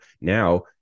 Now